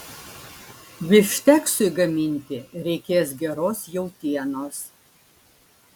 bifšteksui gaminti reikės geros jautienos